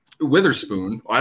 Witherspoon